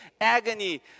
agony